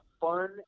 fun